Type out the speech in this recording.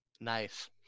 Nice